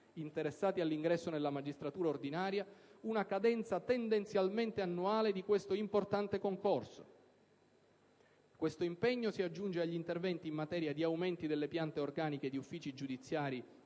interessati all'ingresso nella magistratura ordinaria una cadenza tendenzialmente annuale di questo importante concorso. Questo impegno si aggiunge agli interventi in materia di aumenti delle piante organiche di uffici giudiziari